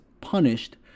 punished